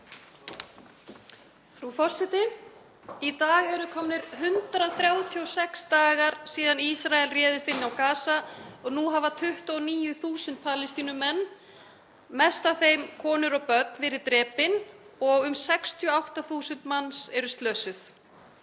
Frú forseti. Í dag eru liðnir 136 dagar síðan Ísrael réðst inn á Gaza og nú hafa 29.000 Palestínumenn, mest af þeim konur og börn, verið drepnir og um 68.000 manns eru slösuð.